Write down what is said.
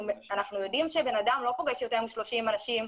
אנחנו יודעים שבן אדם לא פוגש יותר מ-30 אנשים,